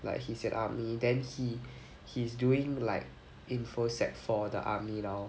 like he's at army then he he's doing like info sec for the army now